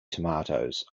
tomatoes